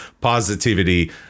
positivity